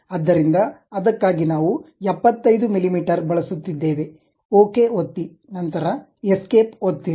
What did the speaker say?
ಆದ್ದರಿಂದ ಅದಕ್ಕಾಗಿ ನಾವು 75 ಮಿಲಿಮೀಟರ್ ಬಳಸುತ್ತಿದ್ದೇವೆ ಓಕೆ ಒತ್ತಿ ನಂತರ ಎಸ್ಕೇಪ್ ಒತ್ತಿರಿ